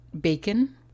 Bacon